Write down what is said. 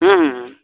हूँ हूँ